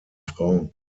frau